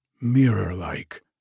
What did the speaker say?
mirror-like